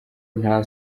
nta